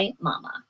Mama